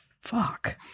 fuck